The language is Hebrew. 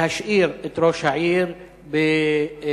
להשאיר את ראש העיר בתפקידו?